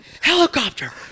helicopter